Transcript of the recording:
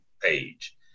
page